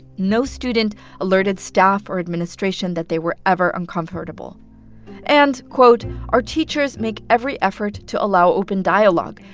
no student alerted staff or administration that they were ever uncomfortable and, quote, our teachers make every effort to allow open dialogue,